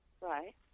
Right